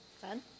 Fun